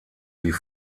die